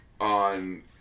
on